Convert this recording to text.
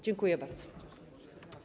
Dziękuję bardzo.